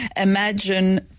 imagine